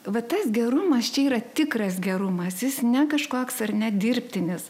va tas gerumas čia yra tikras gerumas jis ne kažkoks ar ne dirbtinis